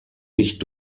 nicht